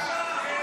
בושה.